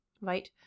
right